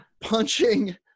punching